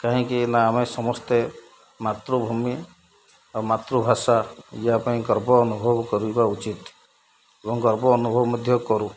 କାହିଁକି ନା ଆମେ ସମସ୍ତେ ମାତୃଭୂମି ଆଉ ମାତୃଭାଷା ୟା ପାଇଁ ଗର୍ବ ଅନୁଭବ କରିବା ଉଚିତ୍ ଏବଂ ଗର୍ବ ଅନୁଭବ ମଧ୍ୟ କରୁ